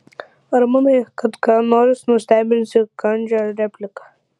ar manai kad ką nors nustebinsi kandžia replika